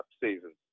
seasons